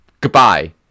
Goodbye